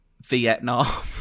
Vietnam